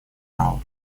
права